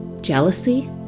Jealousy